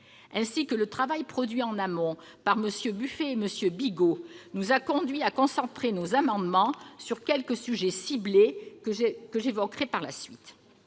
ainsi que le travail produit en amont par MM. Buffet et Bigot, nous ont conduits à concentrer nos amendements sur quelques sujets bien ciblés que j'évoquerai plus